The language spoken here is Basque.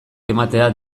ematean